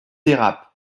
dérapent